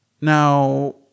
Now